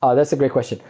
ah that's a great question.